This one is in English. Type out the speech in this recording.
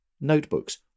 notebooks